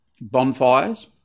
bonfires